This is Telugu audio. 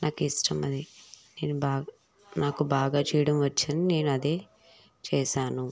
నాకిష్టమది నేను బాగా నాకు బాగా చేయడం వచ్చని నేను అదే చేసాను